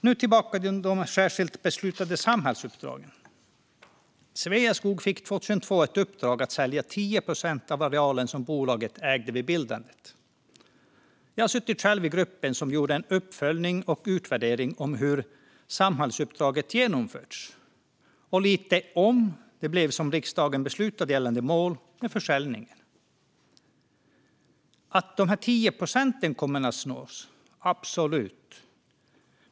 Nu tillbaka till de särskilt beslutade samhällsuppdragen. Sveaskog fick 2002 ett uppdrag att sälja 10 procent av den areal som bolaget ägde vid bildandet. Jag har själv suttit i gruppen som gjorde en uppföljning och utvärdering av hur samhällsuppdraget genomförts och om det blev som riksdagen beslutade gällande mål med försäljningen. Dessa 10 procent kommer absolut att nås.